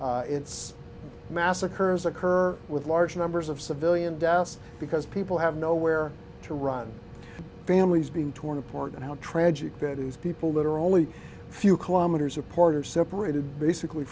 it's massacres occur with large numbers of civilian deaths because people have nowhere to run families being torn apart and how tragic it is people that are only a few kilometers apart are separated basically